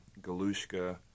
Galushka